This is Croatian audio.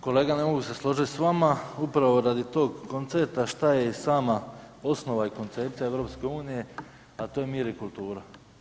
Kolega, ne mogu se složit s vama upravo radi tog koncerta šta je i sama osnova i koncepcija EU, a to je mir i kultura.